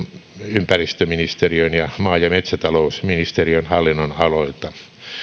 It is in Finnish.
ympäristöministeriön ja maa ja metsätalousministeriön hallinnonaloilta